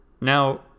Now